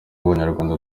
abanyarwanda